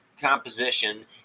composition